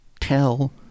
tell